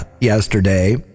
yesterday